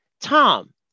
Tom